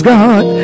God